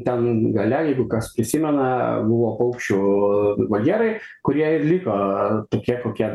ten gale jeigu kas prisimena buvo paukščių voljerai kurie ir liko tokie kokie